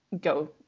go